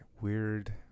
Weird